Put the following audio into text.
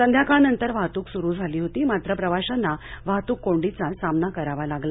संध्याकाळ नंतर वाहतूक सूरू झाली होती मात्र प्रवाशांना वाहतूक कोंडीचा सामना करावा लागला